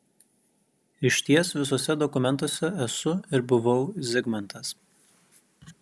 išties visuose dokumentuose esu ir buvau zigmantas